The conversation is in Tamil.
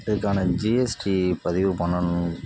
இதுக்கான ஜிஎஸ்டி பதிவு பண்ணணும்